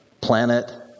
Planet